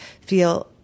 feel